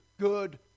good